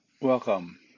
Welcome